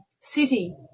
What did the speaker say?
city